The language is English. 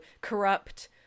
corrupt